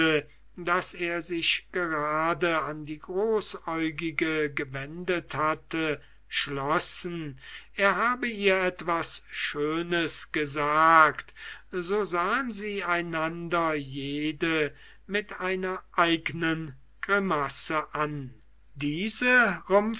daß er sich gerade an die großäugige gewendet hatte schlossen er habe ihr etwas schönes gesagt so sahen sie einander jede mit einer eignen grimasse an diese